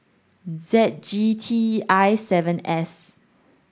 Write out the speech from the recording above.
Z G T I seven S